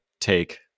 take